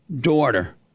daughter